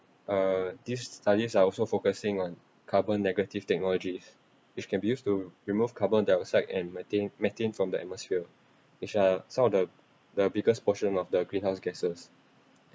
uh these studies are also focusing on carbon negative technologies which can be used to remove carbon dioxide and methane methane from the atmosphere which are some of the the biggest portion of the greenhouse gases